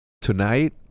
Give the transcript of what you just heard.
Tonight